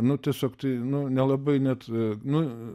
nu tiesiog tai nu nelabai net nu